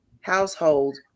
household